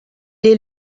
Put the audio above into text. est